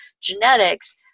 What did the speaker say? genetics